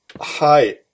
Hi